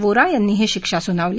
वोरा यांनी ही शिक्षा सुनावली